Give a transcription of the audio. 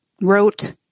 wrote